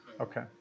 Okay